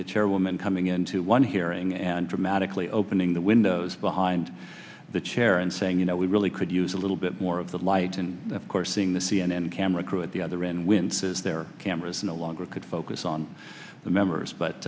the chairwoman coming into one hearing and dramatically opening the windows behind the chair and saying you know we really could use a little bit more of the light and of course seeing the c n n camera crew at the other end winces their cameras no longer could focus on the members but